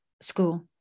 school